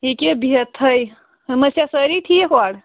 یہِ کہِ بِہتھٕے یِم ٲسیٛا سٲرِی ٹھیٖک اورٕ